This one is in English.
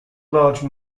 large